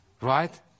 right